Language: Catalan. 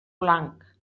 blanc